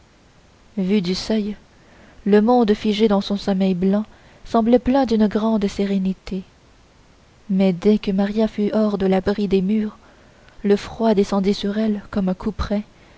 vu du seuil le monde figé dans son sommeil blanc semblait plein d'une grande sérénité mais dès que maria fut hors de l'abri des murs le froid descendit sur elle comme un couperet